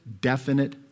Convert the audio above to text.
definite